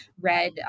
read